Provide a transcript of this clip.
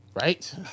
Right